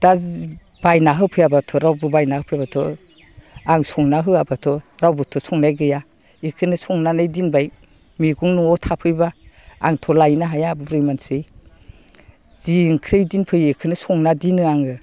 दा बाइना होफैयाबाथ' रावबो बायना होफैयाबाथ' आं संना होआबाथ' रावबोथ' संनाय गैया बिखौनो संनानै दोनबाय मैगं न'वाव थाफैबा आंथ' लायनो हाया बुरै मानसि जि ओंख्रि दोनफैयो बिखौनो संना दोनो आङो